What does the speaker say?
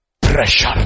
Pressure